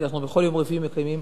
כי בכל יום רביעי אנחנו מקיימים